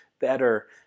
better